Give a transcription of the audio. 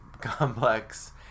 complex